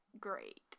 great